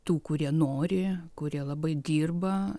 tų kurie nori kurie labai dirba